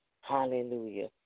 Hallelujah